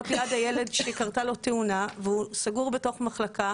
ליד הילד שקרתה לו תאונה והוא סגור בתוך מחלקה.